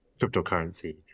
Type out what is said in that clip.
cryptocurrency